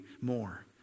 more